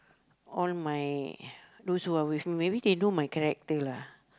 all my those who are with maybe they know my character lah